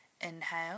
inhale